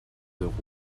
d’euros